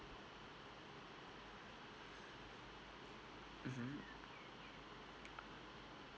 mmhmm